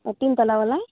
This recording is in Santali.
ᱛᱤᱱ ᱛᱟᱞᱟᱵᱟᱞᱟ